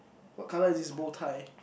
what colour is his bowtie